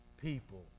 people